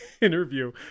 interview